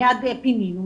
מיד פינינו,